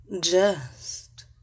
Just